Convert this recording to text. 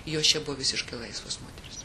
jos čia buvo visiškai laisvos moterys